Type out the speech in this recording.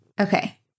Okay